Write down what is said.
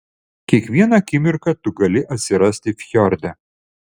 kiekvieną akimirką tu gali atsirasti fjorde